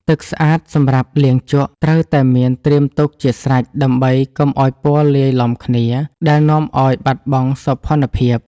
ទឹកស្អាតសម្រាប់លាងជក់ ត្រូវតែមានត្រៀមទុកជាស្រេចដើម្បីកុំឱ្យពណ៌លាយឡំគ្នាដែលនាំឱ្យបាត់បង់សោភ័ណភាព។